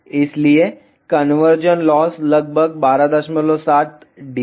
इसलिए conversion loss लगभग 127 dB थी